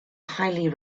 highly